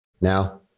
Now